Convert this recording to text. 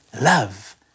Love